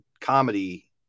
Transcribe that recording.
comedy